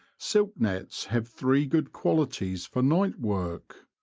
silk nets have three good qualities for night work,